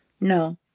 No